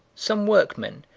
some workmen,